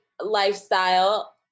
lifestyle